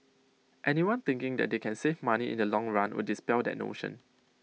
anyone thinking that they can save money in the long run would dispel that notion